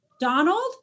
Donald